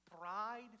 pride